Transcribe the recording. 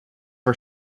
our